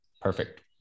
perfect